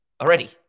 already